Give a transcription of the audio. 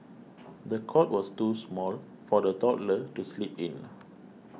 the cot was too small for the toddler to sleep in